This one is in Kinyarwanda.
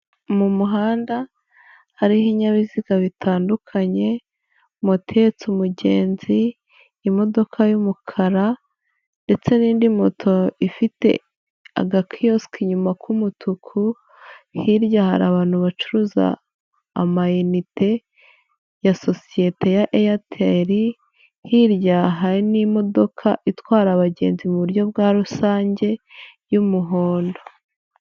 Mu muhanda hari ibinyabiziga bitandukanye, moto ihetse umugenzi imodoka y'umukara ndetse n'indi moto ifite agakiyosike inyuma k'umutuku, hirya hari abantu bacuruza ama inite ya sosiyete ya Airtel, hirya hari n'imodoka itwara abagenzi mu buryo bwa rusange y'umuhondo.